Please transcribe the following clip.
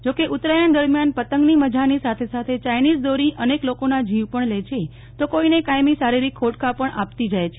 જો કે ઉત્તરાયણ દરમિયાન પતંગની મજાની સાથે સાથે ચાઈનિઝ દોરી અનેક લોકોના જીવ પણ લે છે તો કોઈને કાયમી શારીરિક ખોડ ખાપણ આપતી જાય છે